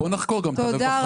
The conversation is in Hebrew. אז בואו נחקור גם את הרווחה,